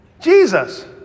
Jesus